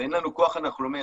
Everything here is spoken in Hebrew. ואין לנו כוח אנחנו לא מייצרים,